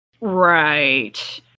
right